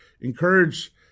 Encourage